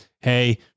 Hey